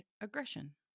aggression